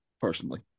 personally